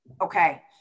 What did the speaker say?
okay